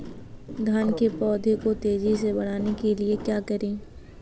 धान के पौधे को तेजी से बढ़ाने के लिए क्या करें?